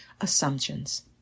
assumptions